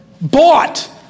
bought